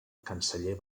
canceller